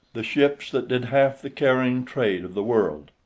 the ships that did half the carrying trade of the world?